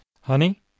Honey